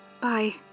Bye